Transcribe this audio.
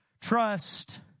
Trust